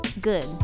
Good